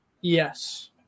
Yes